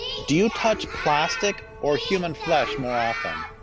do you touch plastic or human flesh more often?